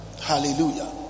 Hallelujah